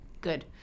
Good